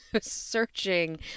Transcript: searching